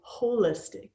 holistic